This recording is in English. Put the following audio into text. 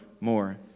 more